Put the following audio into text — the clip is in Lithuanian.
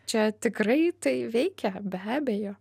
čia tikrai tai veikia be abejo